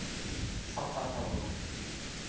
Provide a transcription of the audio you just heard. ᱥᱟᱯᱷᱟᱜ ᱛᱟᱵᱚᱱᱟ